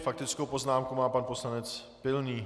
Faktickou poznámku má pan poslanec Pilný.